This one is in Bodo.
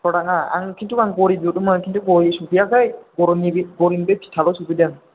प्रडाक्टआ आं खिन्थु आं घरि बिहरदोंमोन खिन्थु घरि सौफैयाखै घरिनि बे घरिनि बे फिथाल' सौफैदों